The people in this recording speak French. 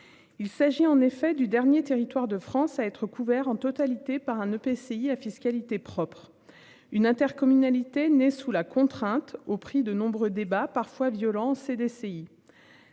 Il s'agit en effet du dernier territoire de France à être couvert en totalité par un EPCI à fiscalité propre une intercommunalité né sous la contrainte au prix de nombreux débats parfois violents CDCI.